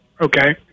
Okay